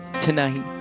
tonight